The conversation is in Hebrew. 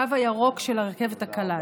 הקו הירוק של הרכבת הקלה,